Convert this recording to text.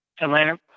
Atlanta